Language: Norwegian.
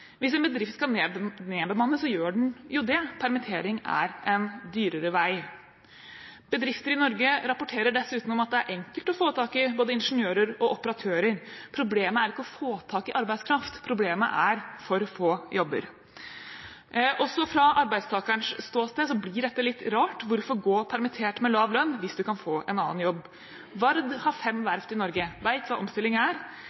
Hvis en bedrift skal nedbemanne, gjør den jo det, permittering er en dyrere vei. Bedrifter i Norge rapporterer dessuten om at det er enkelt å få tak i både ingeniører og operatører. Problemet er ikke å få tak i arbeidskraft, problemet er for få jobber. Også fra arbeidstakerens ståsted blir dette litt rart. Hvorfor gå permittert med lav lønn, hvis du kan få en annen jobb? Vard har fem verft i Norge og vet hva omstilling er,